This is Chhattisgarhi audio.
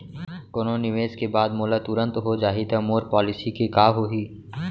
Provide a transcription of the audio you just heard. कोनो निवेश के बाद मोला तुरंत हो जाही ता मोर पॉलिसी के का होही?